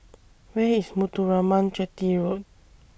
Where IS Muthuraman Chetty Road